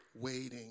waiting